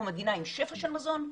אנחנו מדינה עם שפע של מזון,